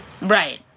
Right